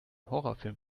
horrorfilm